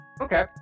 Okay